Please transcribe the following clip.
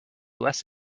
less